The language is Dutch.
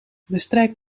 bestrijkt